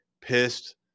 pissed